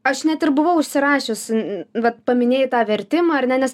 aš net ir buvau užsirašius vat paminėjai tą vertimą ar ne nes